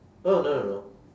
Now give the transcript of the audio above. oh no no no